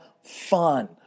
fun